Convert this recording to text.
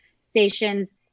stations